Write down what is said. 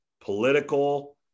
political